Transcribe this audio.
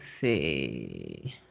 see